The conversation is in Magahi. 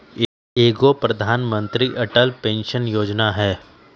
एगो प्रधानमंत्री अटल पेंसन योजना है?